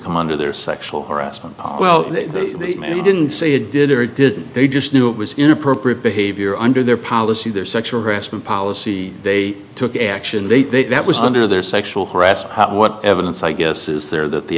come under their sexual harassment well they maybe didn't say it did or did they just knew it was inappropriate behavior under their policy their sexual harassment policy they took action they think that was under their sexual harassment what evidence i guess is there that the